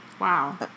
Wow